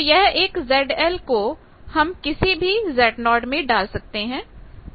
तो यह ZL को हम किसी भी Zo में डाल सकते हैं